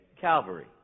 Calvary